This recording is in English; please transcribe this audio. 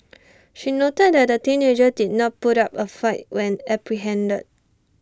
she noted that the teenager did not put up A fight when apprehended